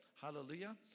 Hallelujah